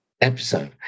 episode